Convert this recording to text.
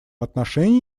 отношении